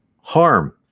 harm